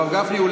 הרב גפני,